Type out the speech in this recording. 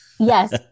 Yes